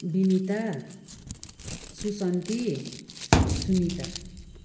Binita Susanti Sunita